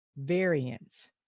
variance